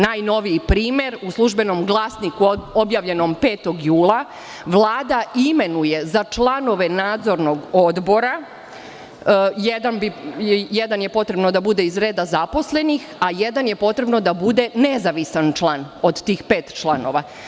Najnoviji primer, u "Službenom glasniku", objavljenom 5. jula, Vlada imenuje za članove Nadzornog odbora, jedan je potrebno da bude iz reda zaposlenih, a jedan je da potrebno da bude nezavisan član od tih pet članova.